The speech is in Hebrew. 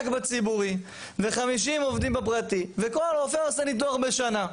בציבורי ו-50 עובדים בפרטי וכל רופא עושה ניתוח בשנה.